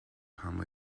pam